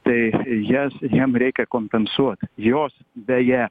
tai jas jam reikia kompensuot jos beje